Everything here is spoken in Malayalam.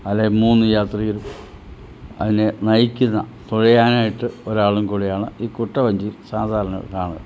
അല്ലേൽ മൂന്ന് യാത്രികരും അതിനെ നയിക്കുന്ന തുഴയാനായിട്ട് ഒരാളും കൂടെയാണ് ഈ കുട്ടവഞ്ചിയിൽ സാധാരണ കാണുന്നത്